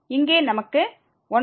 இங்கே நமக்கு 1x கிடைக்கிறது